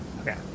Okay